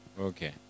Okay